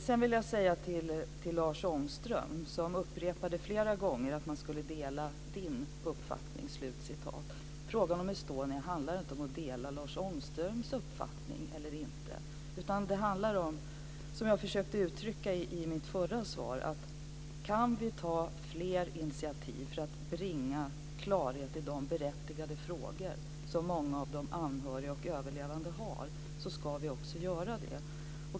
Sedan vill jag säga till Lars Ångström, som flera gånger upprepade att man skulle dela hans uppfattning. Frågan om Estonia handlar inte om att dela Lars Ångströms uppfattning eller inte, utan det handlar om, som jag försökte att uttrycka i mitt förra svar, att om vi kan ta fler initiativ för att bringa klarhet i de berättigade frågor som många av de anhöriga och överlevande har ska vi också göra det.